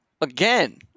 again